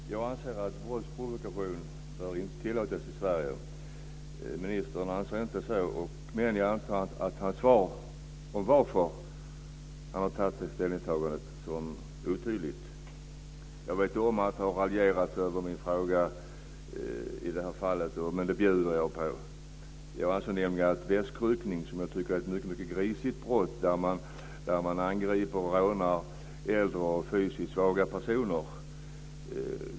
Fru talman! Jag anser att brottsprovokation bör tillåtas i Sverige. Ministern anser inte det. Jag anser att det besked han ger i sitt svar om varför han gjort det ställningstagandet är otydligt. Jag vet att det har raljerats över min interpellation. Men det bjuder jag på. Jag tycker nämligen att väskryckning är ett mycket grisigt brott, där man angriper och rånar äldre och fysiskt svaga personer.